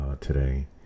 today